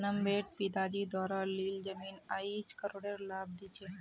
नब्बेट पिताजी द्वारा लील जमीन आईज करोडेर लाभ दी छ